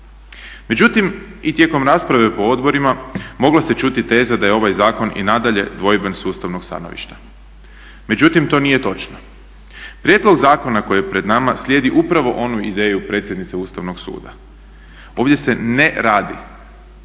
Međutim, i tijekom rasprave po odborima mogla se čuti teza da je ovaj zakon i nadalje dvojben s ustavnog stanovišta. Međutim, to nije točno. Prijedlog zakona koji je pred nama slijedi upravo onu ideju predsjednice Ustavnog suda. Ovdje se ne radi